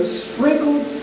sprinkled